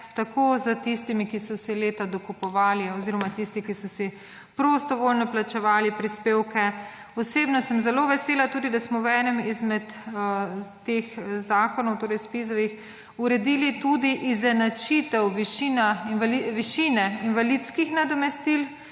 tako za tistimi, ki so si leta dokupovali oziroma tisti, ki so si prostovoljno plačevali prispevke. Osebno sem zelo vesela tudi, da smo v enem izmed teh zakonov, torej Zpizovih uredili tudi izenačitev višine invalidskih nadomestil